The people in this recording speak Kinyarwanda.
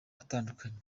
atandukanye